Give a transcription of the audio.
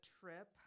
trip